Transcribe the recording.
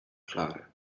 klarę